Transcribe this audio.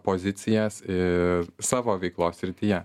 pozicijas ir savo veiklos srityje